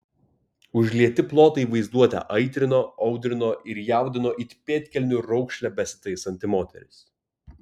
užlieti plotai vaizduotę aitrino audrino ir jaudino it pėdkelnių raukšlę besitaisanti moteris